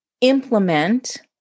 implement